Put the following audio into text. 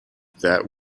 that